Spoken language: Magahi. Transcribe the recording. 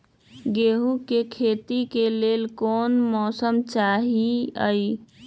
गेंहू के खेती के लेल कोन मौसम चाही अई?